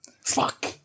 Fuck